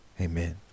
Amen